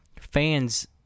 fans